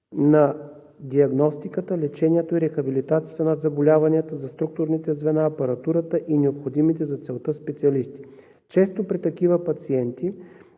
на диагностиката, лечението и рехабилитацията на заболяванията, за структурните звена, апаратурата и необходимите за целта специалисти. Често при такива пациенти,